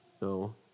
no